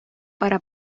para